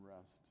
rest